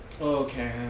Okay